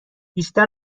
بیشتر